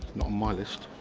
my list.